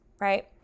right